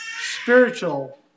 spiritual